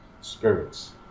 spirits